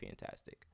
fantastic